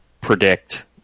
predict